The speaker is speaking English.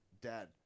dad